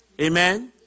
Amen